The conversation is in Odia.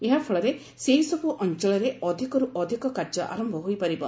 ଏହା ଫଳରେ ସେହିସବୁ ଅଞ୍ଚଳରେ ଅଧିକରୁ ଅଧିକ କାର୍ଯ୍ୟ ଆରମ୍ଭ ହୋଇପାରିବ